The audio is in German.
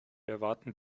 erwarten